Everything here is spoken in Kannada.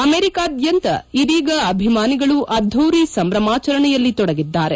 ಅಮೆರಿಕಾದ್ಯಂತ ಇದೀಗ ಅಭಿಮಾನಿಗಳು ಅದ್ದೂರಿ ಸಂಭ್ರಮಾಚರಣೆಯಲ್ಲಿ ತೊಡಗಿದ್ದಾರೆ